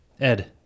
ed